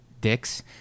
dicks